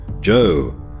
Joe